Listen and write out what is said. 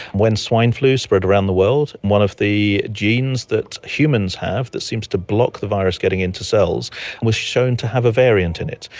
when swine flu spread around the world, one of the genes that humans have that seems to block the virus getting into cells was shown to have a variant in it,